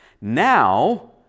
Now